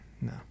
no